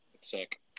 Sick